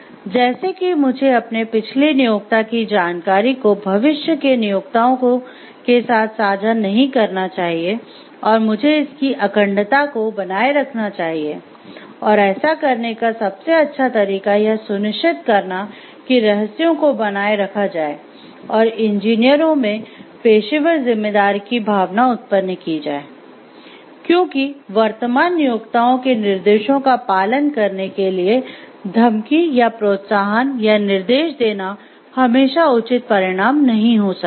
जैसे कि मुझे अपने पिछले नियोक्ता की जानकारी को भविष्य के नियोक्ताओं के साथ साझा नहीं करना चाहिए और मुझे इसकी अखंडता को बनाए रखना चाहिए और ऐसा करने का सबसे अच्छा तरीका यह सुनिश्चित करना कि रहस्यों को बनाए रखा जाये और इंजीनियरों में पेशेवर जिम्मेदारी की भावना उत्पन्न की जाये क्योंकि वर्तमान नियोक्ताओं के निर्देशों का पालन करने के लिए धमकी या प्रोत्साहन या निर्देश देना हमेशा उचित परिणाम नहीं हो सकता है